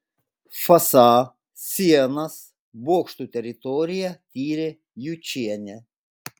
fasą sienas bokštų teritoriją tyrė jučienė